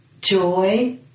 joy